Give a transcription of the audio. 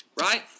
right